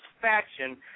faction